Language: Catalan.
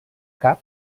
cup